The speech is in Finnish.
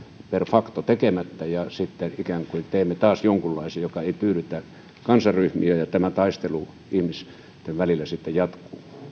facto tekemättä ja sitten ikään kuin teemme taas jonkunlaisen joka ei tyydytä kansanryhmiä ja tämä taistelu ihmisten välillä sitten jatkuu